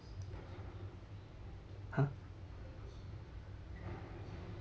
!huh!